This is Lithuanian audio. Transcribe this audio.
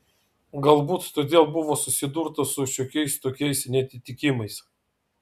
galbūt todėl buvo susidurta su šiokiais tokiais neatitikimais